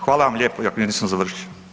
Hvala vam lijepo iako nisam završio.